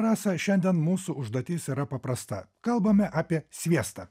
rasa šiandien mūsų užduotis yra paprasta kalbame apie sviestą